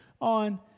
on